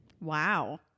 Wow